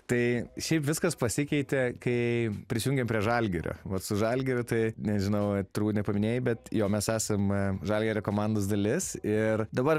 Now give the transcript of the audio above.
tai šiaip viskas pasikeitė kai prisijungėm prie žalgirio vat su žalgiriu tai nežinau turbūt nepaminėjai bet jo mes esam žalgirio komandos dalis ir dabar